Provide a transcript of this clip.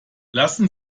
lassen